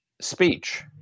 speech